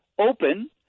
open